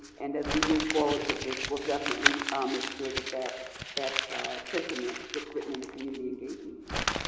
and as we move forward with this, we'll definitely make sure that that that sentiment gets written in the community engagement piece.